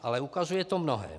Ale ukazuje to mnohé.